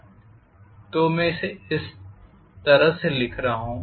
तो मैं इसे इस तरह से लिख रहा हूँ